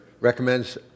recommends